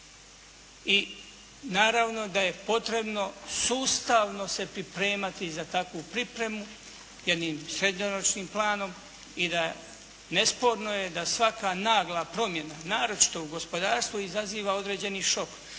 I naravno da je potrebno sustavno se pripremati za takvu pripremu, jednim srednjoročnim planom. I da, nesporno je da svaka nagla promjena, naročito u gospodarstvu izaziva određeni šok.